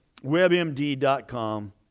WebMD.com